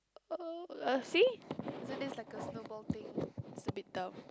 uh ah see isn't this like a snowball thing it's a bit dumb